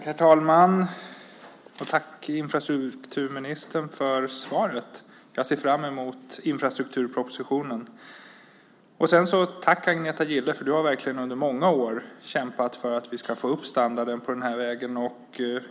Herr talman! Jag vill tacka infrastrukturministern för svaret. Jag ser fram emot infrastrukturpropositionen. Tack också till Agneta Gille, som under många år verkligen kämpat för att vi ska få upp standarden på den vägen.